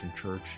Church